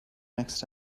next